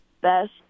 best